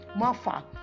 Mafa